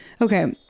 okay